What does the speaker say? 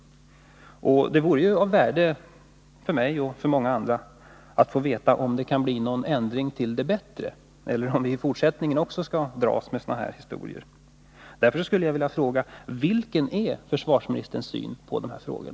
Det vore av värde för mig och många andra att få veta om det kan bli någon ändring till det bättre eller om vi också i fortsättningen skall dras med sådana här historier. Vilken är försvarsministerns syn på dessa frågor?